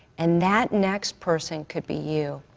and that next person could be you.